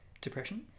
Depression